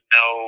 no